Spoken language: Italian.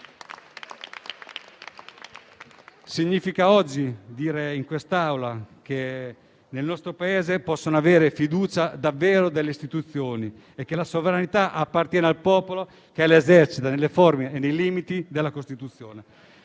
significa oggi in quest'Aula che nel nostro Paese si può avere davvero fiducia nelle istituzioni e che la sovranità appartiene al popolo che la esercita nelle forme e nei limiti della Costituzione.